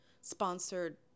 sponsored